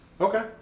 Okay